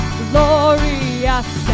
glorious